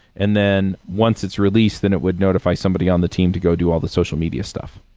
and then once it's released, then it would notify somebody on the team to go do all the social media stuff.